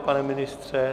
Pane ministře?